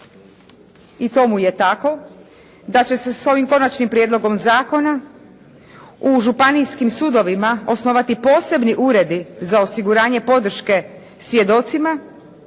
i tomu je tako, da će se s ovim konačnim prijedlogom zakona u županijskim sudovima osnovati posebni uredi za osiguranje podrške svjedocima